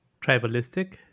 tribalistic